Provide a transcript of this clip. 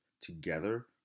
together